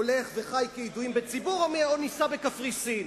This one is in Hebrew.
הולך וחי כידועים בציבור או נישא בקפריסין.